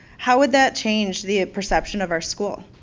how would that change the perception of our school?